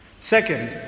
Second